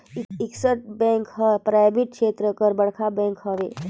axis bank हर private छेत्र कर बड़खा बेंक हवे